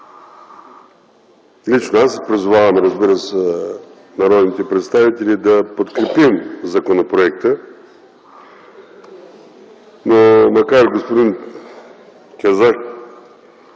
Лично аз призовавам, разбира се, народните представители да подкрепим законопроекта, макар, господин Казак,